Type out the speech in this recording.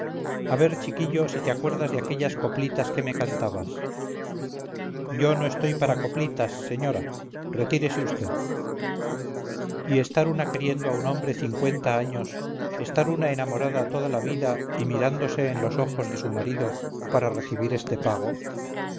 a ver chiquillo si te acuerdas de aquellas coplitas que me cantabas yo no estoy para coplitas señora retírese vd y estar una queriendo a un hombre cincuentaaños estar una enamorada toda la vida y mirándose en los ojos de su marido para recibir este pago